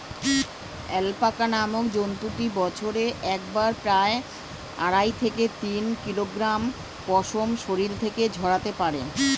alpaca নামক জন্তুটি বছরে একবারে প্রায় আড়াই থেকে তিন কিলোগ্রাম পশম শরীর থেকে ঝরাতে পারে